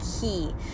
key